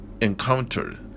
encountered